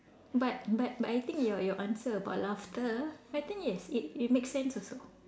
but but but I think your your answer about laughter I think yes it it makes sense also